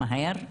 מהר,